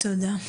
תודה.